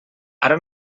ara